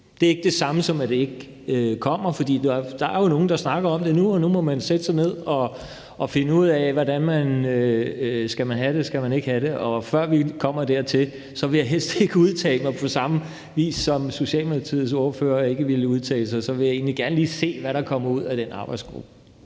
Det er ikke det samme, som at det ikke kommer, for der er jo nogle, der snakker om det nu. Nu må man sætte sig ned og finde ud af, om man skal have det eller man ikke skal have det. Før vi kommer dertil, vil jeg helst ikke udtale mig. På samme vis som Socialdemokratiets ordfører ikke vil udtale sig, vil jeg egentlig gerne lige se, hvad der kommer ud af den arbejdsgruppe.